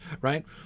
right